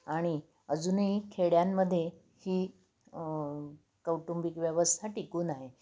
आणि अजूनही खेड्यांमध्ये ही कौटुंबिक व्यवस्था टिकून आहे